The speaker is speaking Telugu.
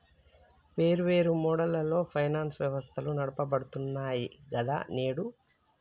వేర్వేరు మోడళ్లలో ఫైనాన్స్ వ్యవస్థలు నడపబడుతున్నాయి గదా నేడు